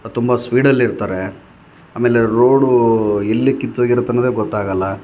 ತುಂಬ ಸ್ಪೀಡಲ್ಲಿರ್ತಾರೆ ಆಮೇಲೆ ರೋಡೂ ಎಲ್ಲಿ ಕಿತ್ತೋಗಿರುತ್ತನ್ನೋದೇ ಗೊತ್ತಾಗಲ್ಲ